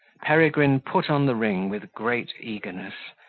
peregrine put on the ring with great eagerness,